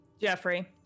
Jeffrey